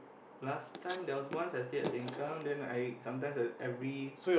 last time there was once I stay at sengkang then I sometimes will every